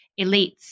elites